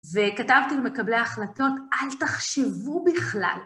וכתבתי למקבלי ההחלטות, אל תחשבו בכלל